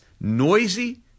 noisy